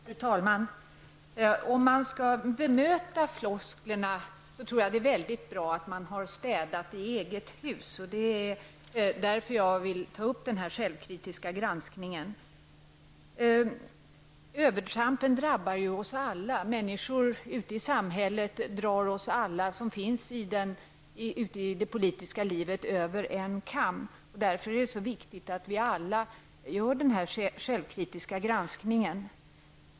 Fru talman! Om man skall bemöta flosklerna är det väldigt bra om man har städat i eget hus. Därför vill jag ta upp den självkritiska granskningen. Övertramp drabbar oss alla. Människor ute i samhället drar oss alla som är verksamma i det politiska livet över en kam. Därför är det så viktigt att vi alla gör en självkritisk granskning.